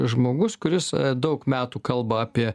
žmogus kuris daug metų kalba apie